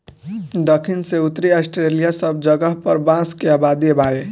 दखिन से उत्तरी ऑस्ट्रेलिआ सब जगह पर बांस के आबादी बावे